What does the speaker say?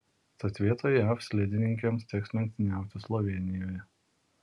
tad vietoj jav slidininkėms teks lenktyniauti slovėnijoje